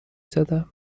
زدم